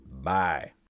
Bye